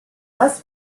less